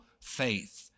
faith